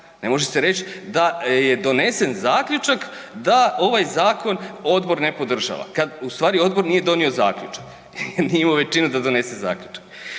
ne možete reć da je donesen zaključak da ovaj zakon odbor ne podržava kad ustvari odbor nije donio zaključak, nije imao većinu da donese zaključak,